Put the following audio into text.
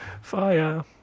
Fire